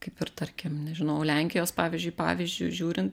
kaip ir tarkim nežinojau lenkijos pavyzdžiui pavyzdžiu žiūrint